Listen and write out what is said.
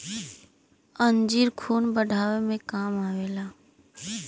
अंजीर खून बढ़ावे मे काम आवेला